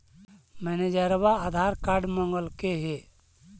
मैनेजरवा आधार कार्ड मगलके हे?